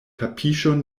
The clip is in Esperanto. tapiŝon